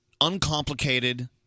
uncomplicated